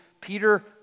Peter